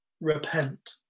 Repent